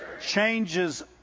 changes